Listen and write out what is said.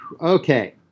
Okay